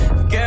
Girl